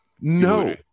no